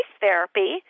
therapy